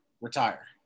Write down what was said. retire